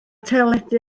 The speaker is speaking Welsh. teledu